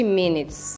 minutes